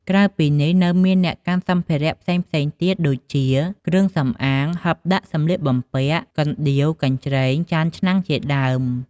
ក្រៅពីនេះ នៅមានអ្នកកាន់សម្ភារៈផ្សេងៗទៀត ដូចជាគ្រឿងសំអាងកាយ ហឹបដាក់សម្លៀកបំពាក់ កណ្ដៀវ កញ្ច្រែង ចាន ឆ្នាំងជាដើម។